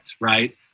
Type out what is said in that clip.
right